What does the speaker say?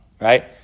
right